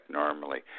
normally